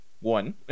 One